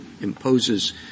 imposes